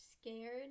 scared